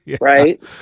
right